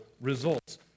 results